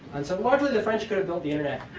and so largely, the french could have built the internet,